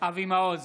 אבי מעוז,